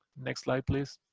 next slide, please.